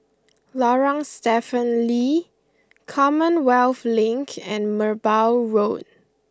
Lorong Stephen Lee Commonwealth Link and Merbau Road